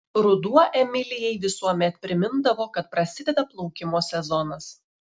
ruduo emilijai visuomet primindavo kad prasideda plaukimo sezonas